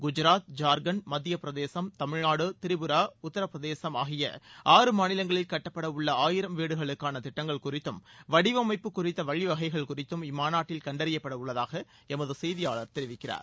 குஐராத் ஜார்கண்ட் மத்தியப்பிரதேசம் தமிழ்நாடு திரிபுரா உத்தரப்பிரதேசம் ஆகிய ஆறு மாநிலங்களில் கட்டப்படவுள்ள ஆயிரம் வீடுகளுக்கான திட்டங்கள் குறித்தும் வடிவமைப்பு குறித்த வழிவகைகள் இம்மாநாட்டில் கண்டறியப்படவுள்ளதாக எமது செய்தியாளர் தெரிவிக்கிறார்